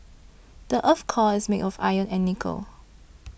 the earth's core is made of iron and nickel